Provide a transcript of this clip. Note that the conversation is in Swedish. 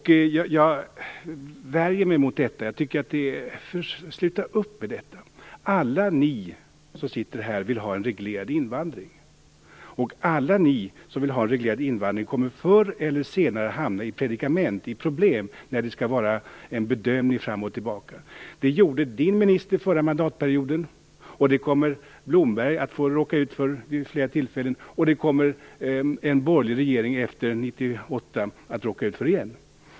Jag värjer mig mot detta. Sluta upp med det! Alla ni som sitter här vill ha en reglerad invandring, och alla som vill ha en reglerad invandring kommer förr eller senare att hamna i predikament och problem när det skall till en bedömning. Det gjorde Ola Ströms minister under den förra mandatperioden, det kommer Leif Blomberg att råka ut för vid fler tillfällen och det kommer en borgerlig regering efter 1998 att råka ut för igen.